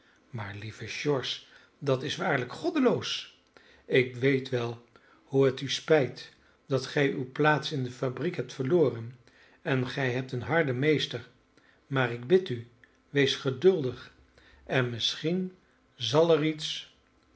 maar lieve george dat is waarlijk goddeloos ik weet wel hoe het u spijt dat gij uwe plaats in de fabriek hebt verloren en gij hebt een harden meester maar ik bid u wees geduldig en misschien zal er iets